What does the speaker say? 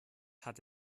hat